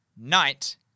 Knight